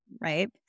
right